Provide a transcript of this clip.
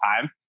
time